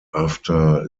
after